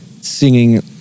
Singing